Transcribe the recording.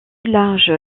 large